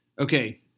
Okay